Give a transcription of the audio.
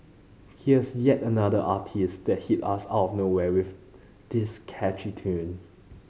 here's yet another artiste that hit us out of nowhere with this catchy tune